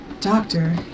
Doctor